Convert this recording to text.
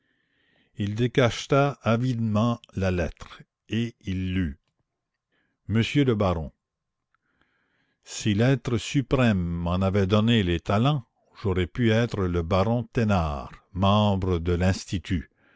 il décacheta avidement la lettre et il lut monsieur le baron si l'être suprême m'en avait donné les talents j'aurais pu être le baron thénard membre de l'institut